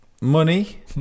money